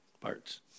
parts